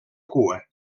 cua